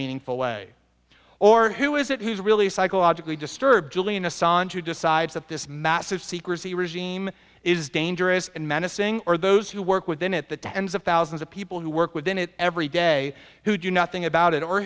meaningful way or who is it who's really psychologically disturbed julian assange who decides that this massive secrecy regime is dangerous and menacing are those who work within it the tens of thousands of people who work within it every day who do nothing about it or